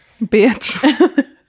bitch